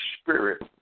spirit